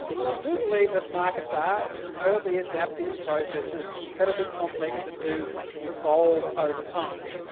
well i do believe that markets are incredibly adaptive processes, incredibly complex, that do evolve over time.